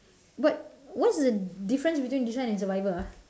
but what is the difference between this one and survivor ah